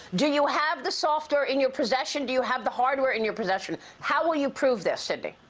do you have the software in your possession? do you have the hardware in your possession? how will you prove this, sidney?